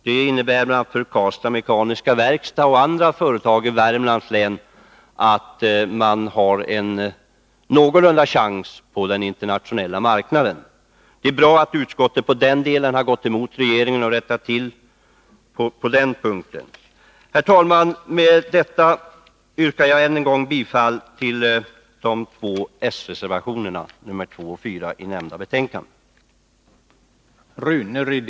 Det innebär bl.a. att Karlstads Mekaniska Verkstad och andra företag i Värmlands län har en någorlunda god chans på den internationella marknaden. Det är bra att utskottet i den delen har gått emot regeringen och rättat till propositionsförslaget. Herr talman! Med detta yrkar jag än en gång bifall till de båda s-reservationerna 2 och 4 i betänkandet.